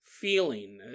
feeling